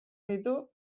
ditu